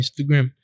Instagram